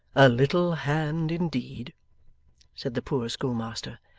a little hand indeed said the poor schoolmaster.